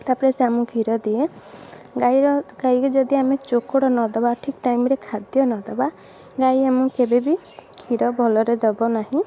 ତାପରେ ସେ ଆମକୁ କ୍ଷୀର ଦିଏ ଗାଈର ଗାଈକୁ ଆମେ ଯଦି ଚୋକଡ଼ ନ ଦେବା ଯଦି ଠିକ୍ ଟାଇମ୍ରେ ଖାଦ୍ୟ ନ ଦେବା ଗାଈ ଆମକୁ କେବେ ବି କ୍ଷୀର ଭଲରେ ଦେବ ନାହିଁ